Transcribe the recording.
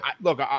Look